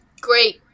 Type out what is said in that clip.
Great